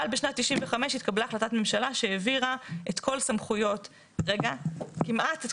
אבל בשנת 1995 התקבלה החלטת ממשלה שהעבירה כמעט את